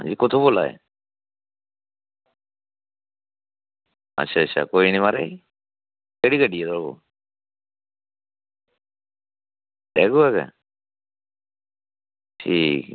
जी कुत्थूं बोल्ला दे अच्छा अच्छा कोई नी माराज़ केह्ड़ी गड्डी ऐ तुआढ़े कोल ठीक ऐ